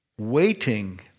Waiting